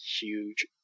huge